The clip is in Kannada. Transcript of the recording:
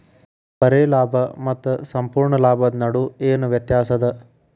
ಬರೆ ಲಾಭಾ ಮತ್ತ ಸಂಪೂರ್ಣ ಲಾಭದ್ ನಡು ಏನ್ ವ್ಯತ್ಯಾಸದ?